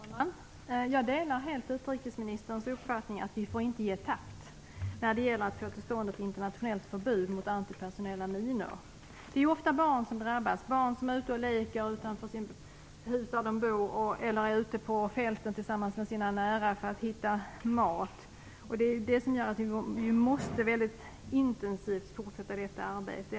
Fru talman! Jag delar helt utrikesministerns uppfattning att vi inte får ge tappt när det gäller att få till stånd ett internationellt förbud mot antipersonella minor. Det är ofta barn som drabbas, barn som är ute och leker utanför de hus där de bor eller barn som är ute på fälten tillsammans med sina nära för att söka efter mat. Det är det som gör att vi väldigt intensivt måste fortsätta detta arbete.